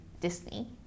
Disney